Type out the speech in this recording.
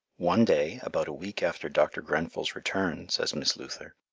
one day, about a week after dr. grenfell's return, says miss luther,